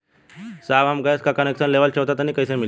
साहब हम गैस का कनेक्सन लेवल सोंचतानी कइसे मिली?